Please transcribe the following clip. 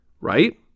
right